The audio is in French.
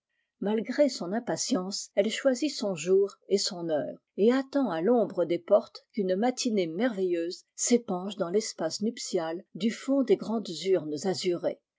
malgré son impatience elle choisit son jour et son heure et attend à l'ombre des portes qu'une matinée merveilleuse s'épanche dans tespace nuptial du fond des grandes urnes azurées